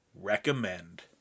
Recommend